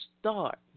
start